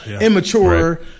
immature